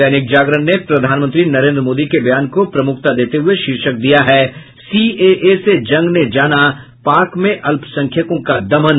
दैनिक जागरण ने प्रधानमंत्री नरेन्द्र मोदी के बयान को प्रमुखता देते हुये शीर्षक दिया है सीएए से जग ने जाना पाक में अल्पसंख्यकों का दमन